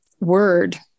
word